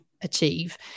achieve